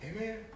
Amen